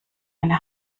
einen